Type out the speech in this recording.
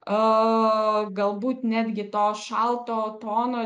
o galbūt netgi to šalto tono